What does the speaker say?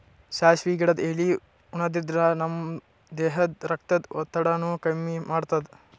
ಸಾಸ್ವಿ ಗಿಡದ್ ಎಲಿ ಉಣಾದ್ರಿನ್ದ ನಮ್ ದೇಹದ್ದ್ ರಕ್ತದ್ ಒತ್ತಡಾನು ಕಮ್ಮಿ ಮಾಡ್ತದ್